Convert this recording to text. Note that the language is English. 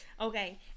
Okay